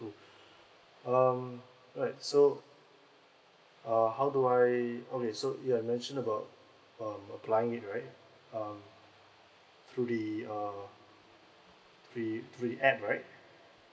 um alright so uh how do I okay so you had mentioned about um applying it right um through the uh through the through the app right